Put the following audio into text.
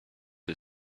who